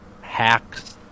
hacks